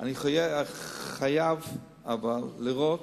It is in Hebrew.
אבל אני חייב קודם לראות,